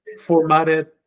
formatted